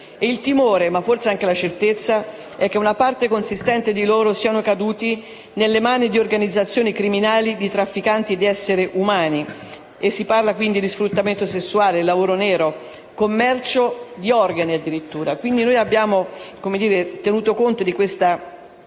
il timore, forse anche la certezza, è che una parte consistente di loro sia caduta nelle mani di organizzazioni criminali e di trafficanti di esseri umani. Si parla, quindi, di sfruttamento sessuale, lavoro nero, addirittura commercio di organi. Abbiamo tenuto conto di questa